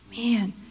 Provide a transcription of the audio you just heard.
Man